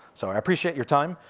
so i appreciate your time,